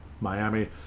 Miami